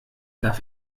darf